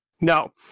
No